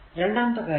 രണ്ടാമത്തെ കാര്യം